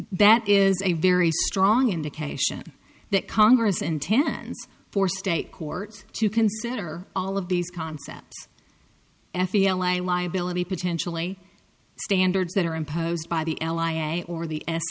that is a very strong indication that congress intends for state court to consider all of these concepts f e l a liability potentially standards that are imposed by the l a or the